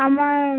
আমার